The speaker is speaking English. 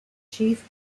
chief